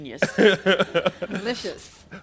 Delicious